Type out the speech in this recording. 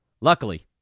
Luckily